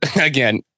again